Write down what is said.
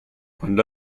quando